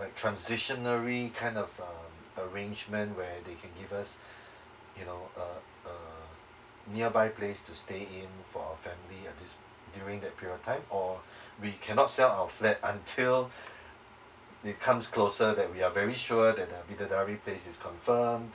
like transitionary kind of uh arrangement where they can give us you know uh uh nearby place to stay in for a family at this during that period of time or we cannot sell our flat until they comes closer that we are very sure that uh bidadari place is confirmed